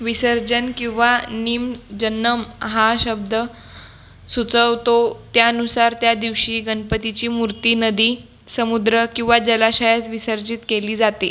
विसर्जन किंवा निमजन्नम् हा शब्द सुचवतो त्यानुसार त्या दिवशी गणपतीची मूर्ती नदी समुद्र किंवा जलाशयात विसर्जित केली जाते